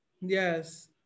Yes